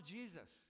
Jesus